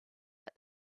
but